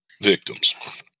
victims